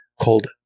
called